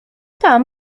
tam